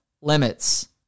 limits